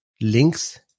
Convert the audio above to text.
links